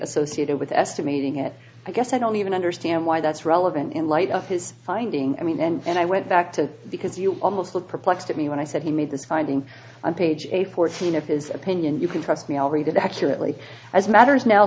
associated with estimating it i guess i don't even understand why that's relevant in light of his findings i mean and i went back to because you almost looked perplexed at me when i said he made this finding on page eight fourteen of his opinion you can trust me i'll read it accurately as matters now